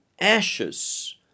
ashes